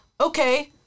okay